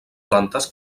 plantes